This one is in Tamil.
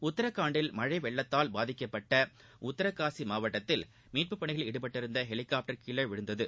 உத்தராகண்டில் மழை வெள்ளத்தால் பாதிக்கப்பட்ட உத்தரகாசி மாவட்டத்தில் மீட்பு பணிகளில் ஈடுபட்டிருந்த ஹெலிகாப்டர் கீழே விழுந்தது